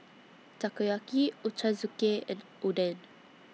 Takoyaki Ochazuke and Oden